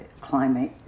climate